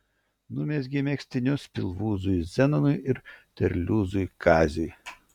numezgė megztinius pilvūzui zenonui ir terliūzui kaziui